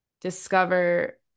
discover